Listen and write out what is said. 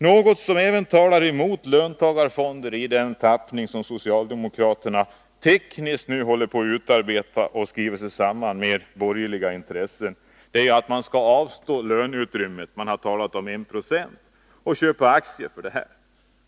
Något som även talar emot löntagarfonder i den tappning som socialdemokraterna nu tekniskt håller på att arbeta fram i samarbete med borgerliga intressen är att de arbetande skall avstå från löneutrymmet — man har talat om 1796 — och i stället köpa aktier.